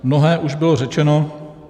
Mnohé už bylo řečeno.